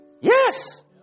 Yes